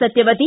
Satyavati